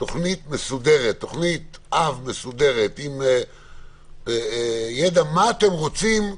תוכנית אב מסודרת, מה אתם רוצים?